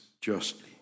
justly